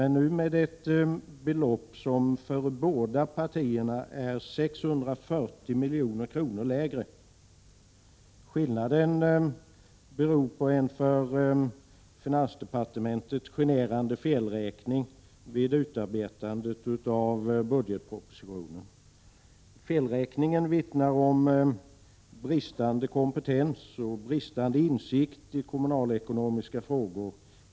Nu är beloppen emellertid för båda partierna 640 milj.kr. lägre. Denna skillnad beror på en för finansdepartementet generande felräkning vid utarbetandet av budgetpropositionen. Felräkningen vittnar om att det inom finansdepartementet finns bristande kompetens och bristande intresse för kommunalekonomiska frågor.